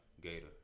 Gator